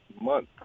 month